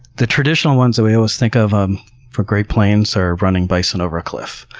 the traditional ones we always think of um for great plains are running bison over a cliff.